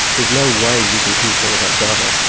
there's no way we can keep all of that data,